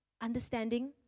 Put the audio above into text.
understanding